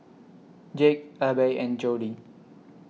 Jake Abbey and Jody